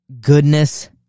goodness